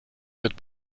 mit